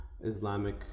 Islamic